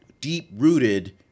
deep-rooted